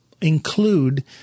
include